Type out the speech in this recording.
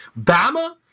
Bama